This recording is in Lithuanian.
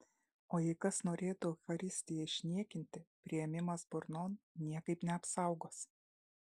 o jei kas norėtų eucharistiją išniekinti priėmimas burnon niekaip neapsaugos